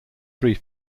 three